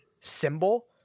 symbol